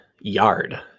yard